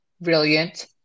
brilliant